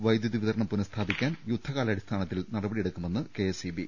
വൈദ്യുതി വിതരണം പുനസ്ഥാപിക്കാൻ യുദ്ധകാലാടിസ്ഥാന ത്തിൽ നടപടിയെടുക്കുമെന്ന് കെഎസ്ഇബി